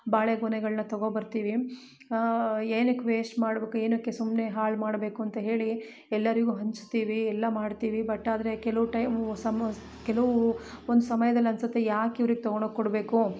ಬಾಳೆಗೊನೆಗಳನ್ನ ತಗೋಬರ್ತಿವಿ ಏನಕ್ಕೆ ವೇಸ್ಟ್ ಮಾಡಬೇಕು ಏನಕ್ಕೆ ಸುಮ್ಮನೆ ಹಾಳು ಮಾಡಬೇಕು ಅಂತ ಹೇಳಿ ಎಲ್ಲರಿಗು ಹಂಚ್ತೀವಿ ಎಲ್ಲ ಮಾಡ್ತೀವಿ ಬಟ್ ಆದರೆ ಕೆಲವು ಟೈಮ್ ಸಮ್ ಕೆಲವು ಒಂದು ಸಮಯ್ದಲ್ಲಿ ಅನಿಸುತ್ತೆ ಯಾಕೆ ಇವ್ರಿಗೆ ತಗೊಂಡೋಗಿ ಕೊಡಬೇಕು